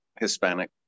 Hispanic